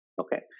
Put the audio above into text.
okay